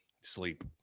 sleep